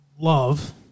love